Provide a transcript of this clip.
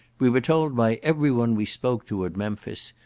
we were told by everyone we spoke to at memphis,